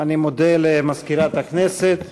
אני מודה למזכירת הכנסת.